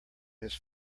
his